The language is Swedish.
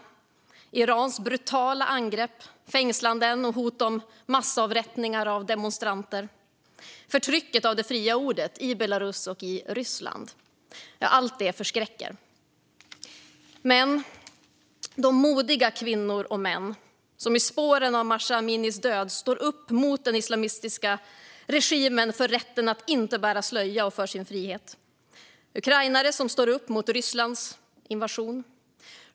Det är Irans brutala angrepp, fängslanden och hot om massavrättningar av demonstranter. Det är förtrycket av det fria ordet i Belarus och i Ryssland. Ja, allt det förskräcker. Men modiga kvinnor och män står i spåren av Mahsa Aminis död upp mot den islamistiska regimen för rätten att inte bära slöja och för sin frihet. Ukrainare står upp mot Rysslands invasion.